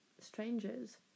strangers